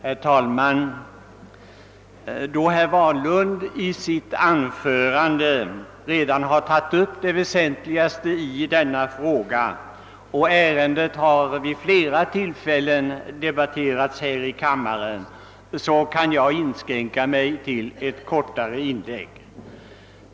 Herr talman! Då herr Wahlund i sitt anförande redan har tagit upp det väsentligaste i denna fråga och ärendet vid flera tillfällen debatterats i denna kammare, kan jag inskränka mig till ett kortare inlägg.